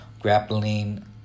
grappling